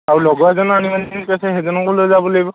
আৰু লগৰ এজনে আনিম আনিম কৈ আছে সেইজনকো লৈ যাব লাগিব